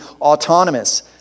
autonomous